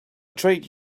trade